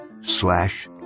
slash